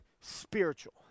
Spiritual